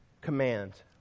command